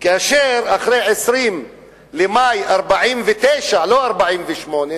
ואחרי 20 במאי 1949, לא 1948,